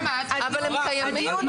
אבל הם קיימים.